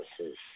versus